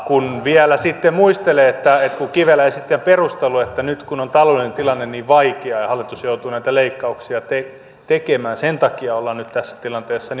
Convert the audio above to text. kun vielä sitten muistelee että kivelä esitti perusteluja että nyt kun on taloudellinen tilanne niin vaikea ja hallitus joutuu näitä leikkauksia tekemään ja sen takia ollaan nyt tässä tilanteessa